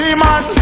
man